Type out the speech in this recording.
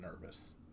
nervous